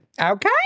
okay